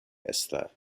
esther